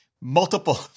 multiple